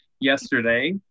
yesterday